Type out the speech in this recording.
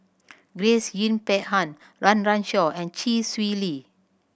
Grace Yin Peck Han Run Run Shaw and Chee Swee Lee